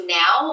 now